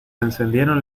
encendieron